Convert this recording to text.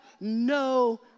no